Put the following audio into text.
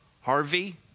Harvey